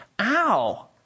Ow